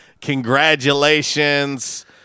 congratulations